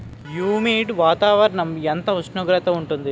Humid వాతావరణం ఎంత ఉష్ణోగ్రత ఉంటుంది?